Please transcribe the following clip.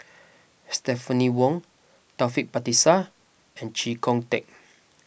Stephanie Wong Taufik Batisah and Chee Kong Tet